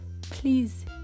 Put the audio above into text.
please